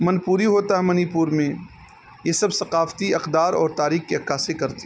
من پوری ہوتا ہے منی پور میں یہ سب ثقافتی اقدار اور تاریخ کی عکاسی کرتے ہیں